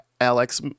Alex